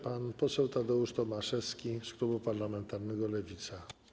Pan poseł Tadeusz Tomaszewski z Klubu Parlamentarnego Lewica.